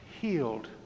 healed